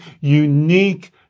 unique